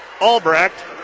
Albrecht